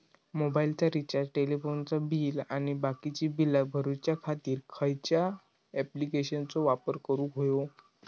मोबाईलाचा रिचार्ज टेलिफोनाचा बिल आणि बाकीची बिला भरूच्या खातीर खयच्या ॲप्लिकेशनाचो वापर करूक होयो?